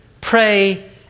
Pray